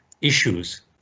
issues